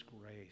grace